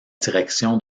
direction